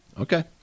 Okay